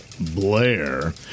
Blair